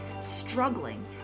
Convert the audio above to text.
struggling